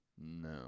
No